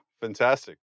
fantastic